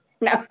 No